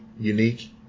unique